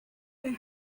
her